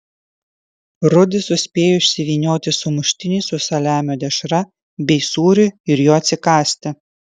rudis suspėjo išsivynioti sumuštinį su saliamio dešra bei sūriu ir jo atsikąsti